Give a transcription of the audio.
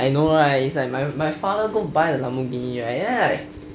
I know right is like my father go buy the lamborghini then right